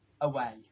away